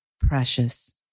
precious